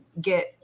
get